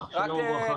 שלום וברכה.